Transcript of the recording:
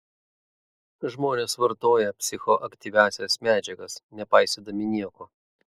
žmonės vartoja psichoaktyviąsias medžiagas nepaisydami nieko